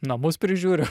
namus prižiūriu